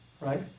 right